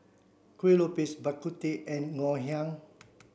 Kuih Lopes Bak Kut Teh and Ngoh Hiang